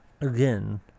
again